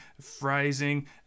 phrasing